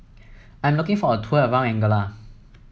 I am looking for a tour around Angola